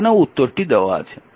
এখানেও উত্তরটি দেওয়া আছে